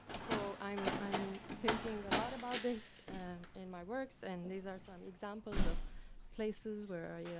so i'm i'm thinking a lot about this in my works. and these are some examples of places where ah yeah